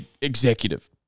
executive